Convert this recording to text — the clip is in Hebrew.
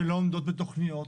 שלא עומדות בתכניות,